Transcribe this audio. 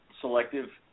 selective